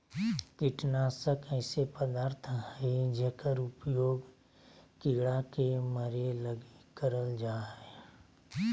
कीटनाशक ऐसे पदार्थ हइंय जेकर उपयोग कीड़ा के मरैय लगी करल जा हइ